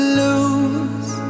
lose